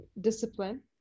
Discipline